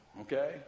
Okay